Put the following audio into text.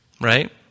Right